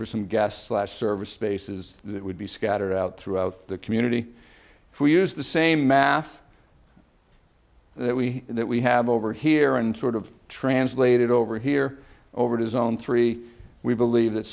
for some guests last service spaces that would be scattered out throughout the community for use the same math that we that we have over here and sort of translated over here over to zone three we believe that